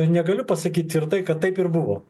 negaliu pasakyt ir tai kad taip ir buvo